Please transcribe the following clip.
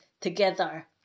together